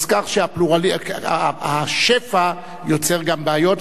כך שהשפע יוצר גם בעיות,